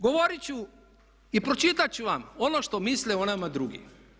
Govorit ću i pročitat ću vam ono što misle o nama drugi.